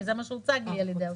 זה מה שהוצג לי על ידי האוצר.